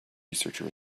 researcher